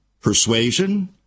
persuasion